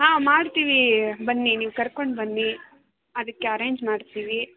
ಹಾಂ ಮಾಡ್ತೀವಿ ಬನ್ನಿ ನೀವು ಕರ್ಕೊಂಡು ಬನ್ನಿ ಅದಕ್ಕೆ ಅರೆಂಜ್ ಮಾಡ್ತೀವಿ